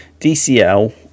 DCL